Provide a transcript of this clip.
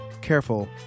careful